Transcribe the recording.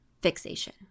fixation